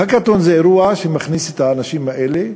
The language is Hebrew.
ה"האקתון" הזה הוא אירוע שמכניס את האנשים האלה,